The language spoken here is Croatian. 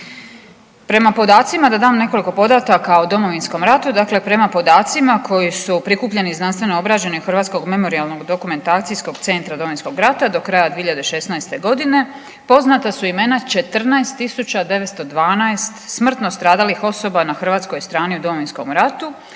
prema podacima koji su prikupljeni i znanstveno obrađeni od Hrvatskog memorijalnog dokumentacijskog centra Domovinskog rata do 2016. godine poznata su imena 14 tisuća 912 smrtno stradalih osoba na hrvatskoj strani u Domovinskom ratu.